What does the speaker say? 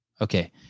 Okay